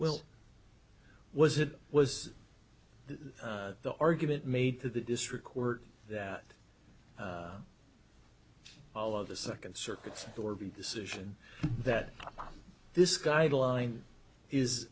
will was it was the argument made to the district court that all of the second circuit or decision that this guideline is